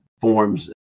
forms –